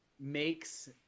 makes